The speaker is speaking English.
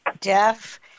deaf